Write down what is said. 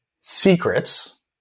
secrets